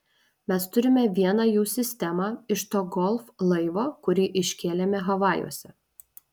mes turime vieną jų sistemą iš to golf laivo kurį iškėlėme havajuose